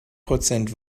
prozent